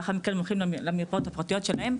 לאחר מכן הם הולכים למרפאות הפרטיות שלהם,